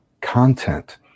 content